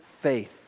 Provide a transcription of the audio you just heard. faith